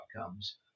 outcomes